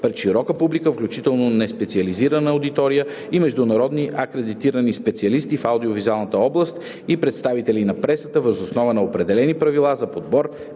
пред широка публика, включително неспециализирана аудитория и международни акредитирани специалисти в аудио-визуалната област и представители на пресата, въз основа на определени правила за подбор,